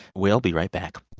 we'll be right back